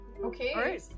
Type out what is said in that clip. Okay